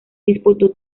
disputó